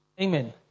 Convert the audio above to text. Amen